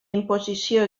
imposició